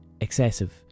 excessive